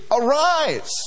arise